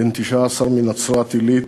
בן 19, מנצרת-עילית.